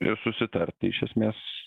ir susitarti iš esmės